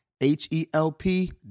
H-E-L-P